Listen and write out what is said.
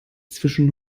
zwischen